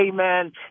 amen